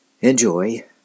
Enjoy